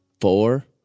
four